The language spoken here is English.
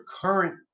current